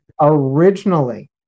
originally